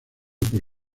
por